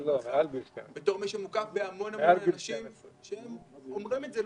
בתור מי שמוקף בהמון אנשים שאומרים את זה,